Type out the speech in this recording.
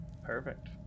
Perfect